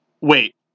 Wait